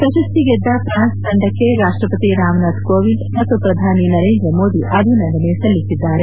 ಪ್ರಶಸ್ತಿ ಗೆದ್ದ ಪ್ರಾನ್ಸ್ ತಂಡಕ್ಕೆ ರಾಷ್ಷಪತಿ ರಾಮನಾಥ ಕೋವಿಂದ್ ಮತ್ತು ಪ್ರಧಾನಿ ನರೇಂದ್ರ ಮೋದಿ ಅಭಿನಂದನೆ ಸಲ್ಲಿಸಿದ್ದಾರೆ